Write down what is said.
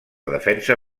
defensa